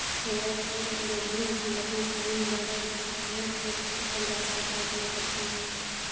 fair trade labelling संगठन फाइन द्वारा विकसित फेयर ट्रेड की परिभाषा का उपयोग करते हैं